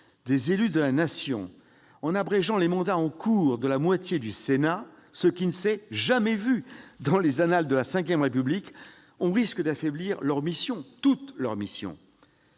des élus de la Nation, en abrégeant les mandats en cours de la moitié du Sénat, ce qui ne s'est jamais vu dans les annales de la VRépublique, on risque d'affaiblir leurs missions, toutes leurs missions